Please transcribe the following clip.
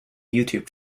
youtube